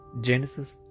Genesis